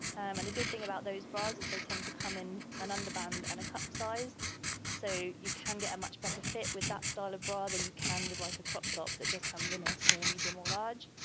and the good thing about those bras is they tend to come in an undermanned and a cup size so you can get a much better fit with that style of bra than you can with like a cropped up that just comes in a small, medium or large.